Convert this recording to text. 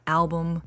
album